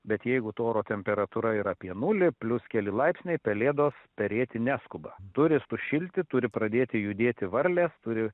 bet jeigu to oro temperatūra yra apie nulį plius keli laipsniai pelėdos perėti neskuba turi sušilti turi pradėti judėti varlės turi